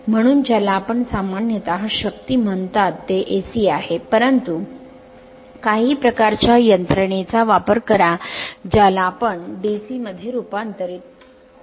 म्हणून ज्याला आपण सामान्यत शक्ती म्हणतात ते AC आहे परंतु काही प्रकारच्या यंत्रणेचा वापर करा ज्याला आपण DC मध्ये रूपांतरित होईल